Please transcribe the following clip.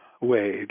wage